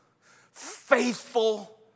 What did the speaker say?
Faithful